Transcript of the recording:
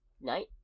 Night